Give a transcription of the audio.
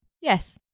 Yes